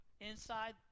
inside